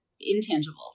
intangible